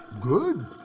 Good